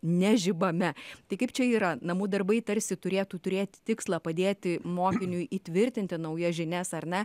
nežibame tai kaip čia yra namų darbai tarsi turėtų turėti tikslą padėti mokiniui įtvirtinti naują žinias ar na